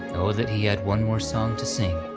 oh, that he had one more song to sing,